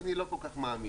אני לא כל כך מאמין.